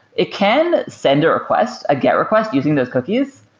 it can send a request, a get request using those cookies.